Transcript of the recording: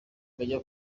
bajya